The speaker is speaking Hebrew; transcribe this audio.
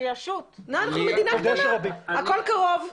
הכול קרוב.